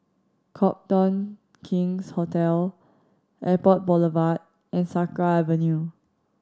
Copthorne King's Hotel Airport Boulevard and Sakra Avenue